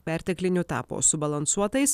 perteklinių tapo subalansuotais